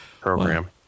program